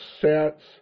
sets